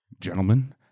Gentlemen